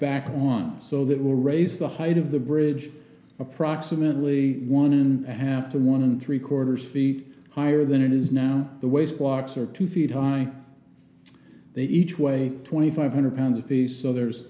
back on so that will raise the height of the bridge approximately one and a half to one and three quarters the higher than it is now the ways blocks are two feet high they each way twenty five hundred pounds apiece other